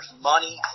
money